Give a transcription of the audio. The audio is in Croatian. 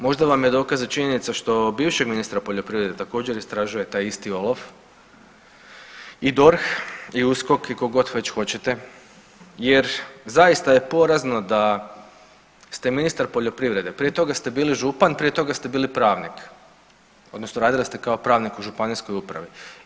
Možda vam je dokaz i činjenica bivšeg ministra poljoprivrede također istražuje taj isti OLAF i DORH i USKOK i kog god već hoćete jer zaista je porazno da ste ministar poljoprivrede, prije toga ste bili župan, prije toga ste bili pravnik odnosno radili ste kao pravnik u županijskoj upravi.